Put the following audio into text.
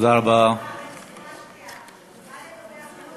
מה לגבי החלוקה בין אוקראינה לצרפת?